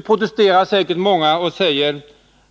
Nu protesterar säkert många och säger